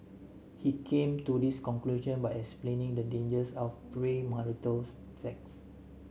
he came to this conclusion by explaining the dangers of premarital sex